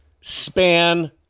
span